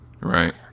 Right